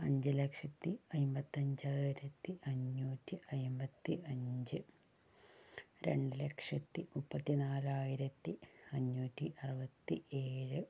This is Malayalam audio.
അഞ്ച് ലക്ഷത്തി അൻപത്തിയഞ്ചായിരത്തി അഞ്ഞൂറ്റി അൻപത്തി അഞ്ച് രണ്ട് ലക്ഷത്തി മുപ്പത്തി നാലായിരത്തി അഞ്ഞൂറ്റി അറുപത്തി ഏഴ്